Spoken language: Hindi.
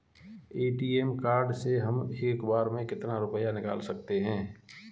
ए.टी.एम कार्ड से हम एक बार में कितना रुपया निकाल सकते हैं?